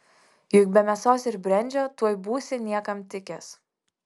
juk be mėsos ir brendžio tuoj būsi niekam tikęs